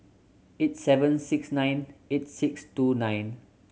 eight seven six nine eight six two nine